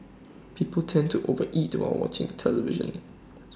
people tend to over eat while watching television